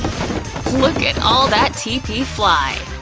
look at all that t p. fly!